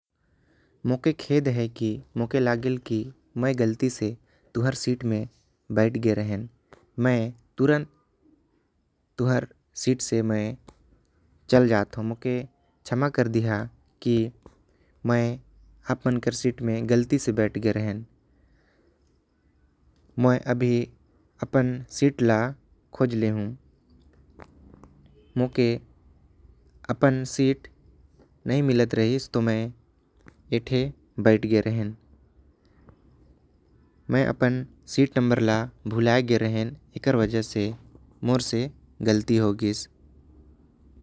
मोके खेद है की मै गलती से तुम्हर सीट में बैठ गए। रहेन सीट से चल जात हो मोके क्षमा कर दहिया। की मै आप मन के सीट में गलती से बैठ गए रहेन। मै अभी अपन सीट ला खोज लेहु मोके अपन सीट नहीं मिलत। रहिस ऐ ठे बैठ गए रहें मै अपन सीट नंबर भूला गए। रहें एकरे वजह से मै ऐ सीट मै बैठ गए रहेन।